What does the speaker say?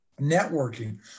networking